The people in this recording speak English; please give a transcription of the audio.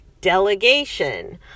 delegation